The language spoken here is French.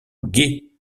gai